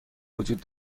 وجود